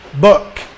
book